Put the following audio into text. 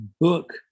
book